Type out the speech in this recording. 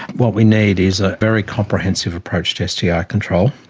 what we need is a very comprehensive approach to sti ah control,